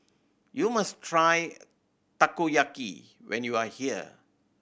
you must try Takoyaki when you are here